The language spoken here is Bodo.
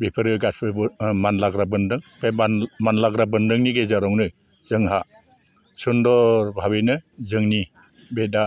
बेफोरो गासिबो मानलाग्रा बोन्दों बे बानलु मानलाग्रा बोन्दोंनि गेजेरावनो जोंहा सुन्दर भाबैनो जोंनि बे दा